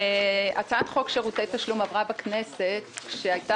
הצעת חוק שירותי תשלום עברה בכנסת כשהיתה